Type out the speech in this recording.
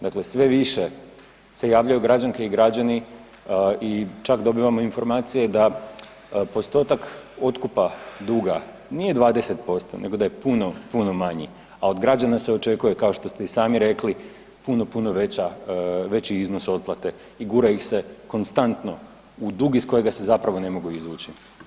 Dakle, sve više se javljaju građanke i građani i čak dobivamo informacije da postotak otkupa duga nije 20% nego da je puno, puno manji, a od građana se očekuje kao što ste i sami rekli puno, puno veći iznos otplate i gura ih se konstantno u dug iz kojega se zapravo ne mogu izvući.